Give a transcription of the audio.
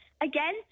Again